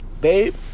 Babe